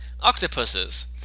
octopuses